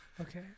Okay